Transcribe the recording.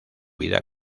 vida